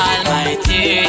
Almighty